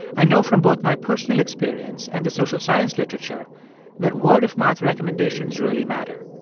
i know from both my personal experience and the social science literature that word-of-mouth recommendations really matter.